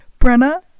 Brenna